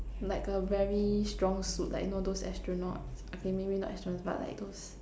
like a very strong suit like you know those astronaut okay maybe not astronauts but like those